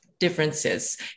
differences